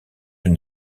une